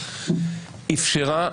אפשרה,